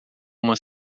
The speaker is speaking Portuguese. uma